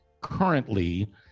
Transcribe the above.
currently